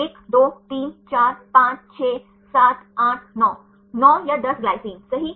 1 2 3 4 5 6 7 8 9 9 या 10 ग्लाइसीन सही